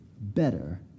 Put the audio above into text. better